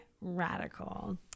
radical